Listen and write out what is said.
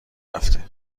رفته